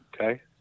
Okay